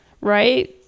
right